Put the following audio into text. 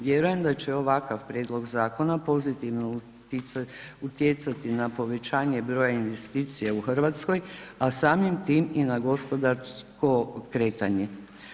Vjerujem da će ovakav prijedlog zakona pozitivno utjecati na povećanje broja investicija u Hrvatskoj, a samim time i na gospodarsko kretanje.